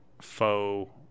faux